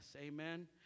amen